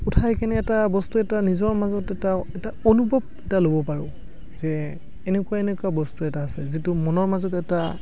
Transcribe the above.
উঠাই কেনে এটা বস্তু এটা নিজৰ মাজত এটা এটা অনুভৱ এটা ল'ব পাৰোঁ সেয়ে এনেকুৱা এনেকুৱা বস্তু এটা আছে যিটো মনৰ মাজত এটা